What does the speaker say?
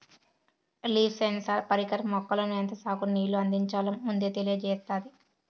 leaf sensor పరికరం మొక్కలకు ఎంత సాగు నీళ్ళు అందించాలో ముందే తెలియచేత్తాది